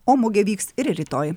o mugė vyks ir rytoj